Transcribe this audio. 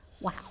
Wow